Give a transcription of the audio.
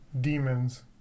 demons